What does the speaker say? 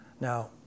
Now